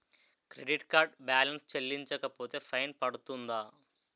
Credit card balance చెల్లించకపోతే fine పడ్తుంద?